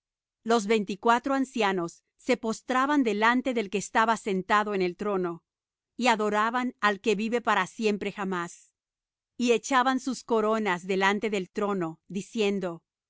los veinticuatro ancianos se postraban delante del que estaba sentado en el trono y adoraban al que vive para siempre jamás y echaban sus coronas delante del trono diciendo